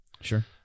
Sure